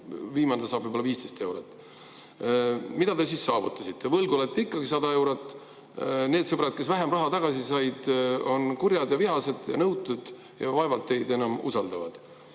viimane võib-olla 15 eurot. Mida te siis saavutasite? Võlgu olete ikkagi 100 eurot. Need sõbrad, kes vähem raha tagasi said, on kurjad, vihased ja nõutud ning vaevalt et teid enam usaldavad.